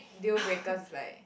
deal breakers is like